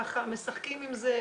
ככה משחקים בזה,